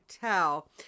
tell